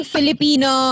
Filipino